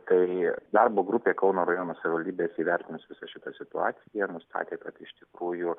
tai darbo grupė kauno rajono savivaldybės įvertinus visą šitą situaciją nustatė kad iš tikrųjų